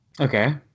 Okay